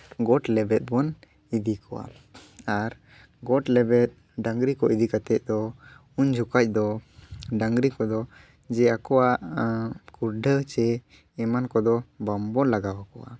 ᱜᱚᱴ ᱞᱮᱵᱮᱫ ᱵᱚᱱ ᱤᱫᱤ ᱠᱚᱣᱟ ᱟᱨ ᱜᱚᱴ ᱞᱮᱵᱮᱫ ᱰᱟᱹᱝᱨᱤ ᱠᱚ ᱤᱫᱤ ᱠᱟᱛᱮ ᱫᱚ ᱩᱱᱡᱚᱠᱷᱟᱡ ᱫᱚ ᱰᱟᱹᱝᱨᱤ ᱠᱚᱫᱚ ᱡᱮ ᱟᱠᱚᱣᱟᱜ ᱠᱩᱰᱰᱷᱟᱹ ᱪᱮ ᱮᱢᱟᱱ ᱠᱚᱫᱚ ᱵᱟᱢᱵᱚ ᱞᱟᱜᱟᱣ ᱠᱚᱣᱟ